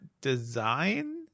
design